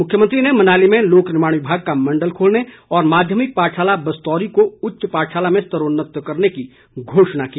मुख्यमंत्री ने मनाली में लोकनिर्माण विभाग का मंडल और माध्यमिक पाठशाला बसतौरी को उच्च पाठशाला में स्तरोन्नत करने की घोषणा की